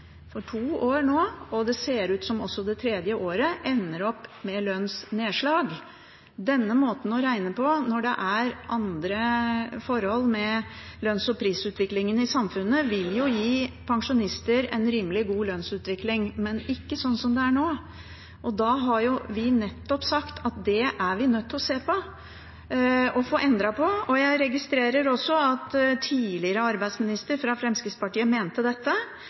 ut også for det tredje året – ender med lønnsnedslag. Denne måten å regne på når det er andre forhold med lønns- og prisutviklingen i samfunnet, vil gi pensjonister en rimelig god lønnsutvikling, men ikke sånn som det er nå. Da har vi sagt at det er vi nødt til å se på og få endret på. Jeg registrerer også at tidligere arbeidsminister fra Fremskrittspartiet mente dette,